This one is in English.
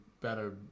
better